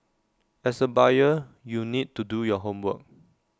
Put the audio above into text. as A buyer you need to do your homework